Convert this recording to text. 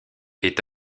est